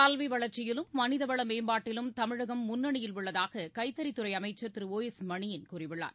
கல்விவள்ச்சியிலும் மனிதவளமேம்பாட்டிலும் தமிழகம் முன்னணியில் உள்ளதாககைத்தறித் துறைஅமைச்சர் திரு ஒ எஸ் மணியன் கூறியுள்ளார்